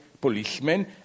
policemen